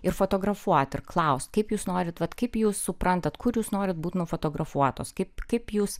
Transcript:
ir fotografuot ir klaust kaip jūs norite vat kaip jūs suprantat kur jūs norit būt nufotografuotos kaip kaip jūs